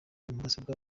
mudasobwa